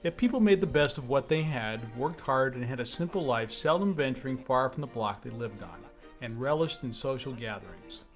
but people made the best of what they had, worked hard, and had a simple life seldom venturing far from the block they lived on and relished in social gatherings.